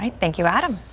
um thank you adam.